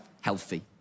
healthy